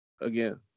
again